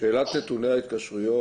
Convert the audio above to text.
שאלת נתוני ההתקשרויות.